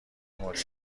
مدیر